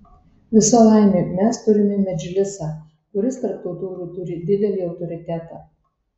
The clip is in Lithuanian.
visa laimė mes turime medžlisą kuris tarp totorių turi didelį autoritetą